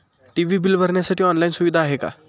TV bill भरण्यासाठी online सुविधा आहे का?